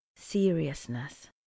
Seriousness